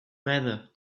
matter